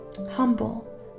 humble